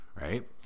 right